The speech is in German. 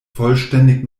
vollständig